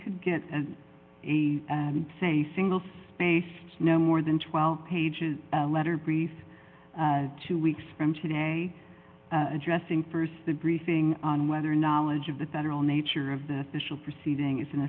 could get as a say single spaced no more than twelve pages a letter brief two weeks from today addressing st the briefing on whether knowledge of the federal nature of the special proceeding is an